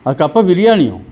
കപ്പ ബിരിയാണിയോ